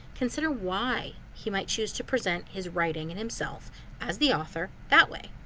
consider why he might choose to present his writing and himself as the author that way.